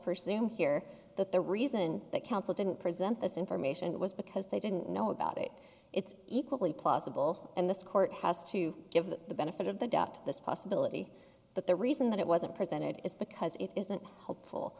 pursue here that the reason that counsel didn't present this information was because they didn't know about it it's equally plausible and this court has to give the benefit of the doubt to this possibility that the reason that it wasn't presented is because it isn't helpful